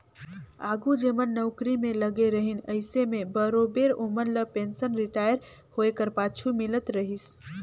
आघु जेमन नउकरी में लगे रहिन अइसे में बरोबेर ओमन ल पेंसन रिटायर होए कर पाछू मिलत रहिस